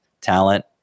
talent